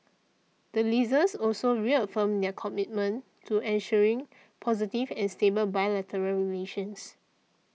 the Leaders also reaffirmed their commitment to ensuring positive and stable bilateral relations